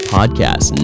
Podcast